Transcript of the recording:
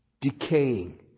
decaying